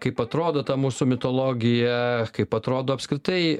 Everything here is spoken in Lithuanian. kaip atrodo ta mūsų mitologija kaip atrodo apskritai